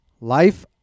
Life